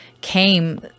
came